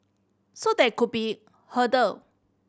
so that could be hurdle